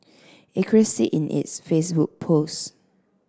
Acres said in its Facebook post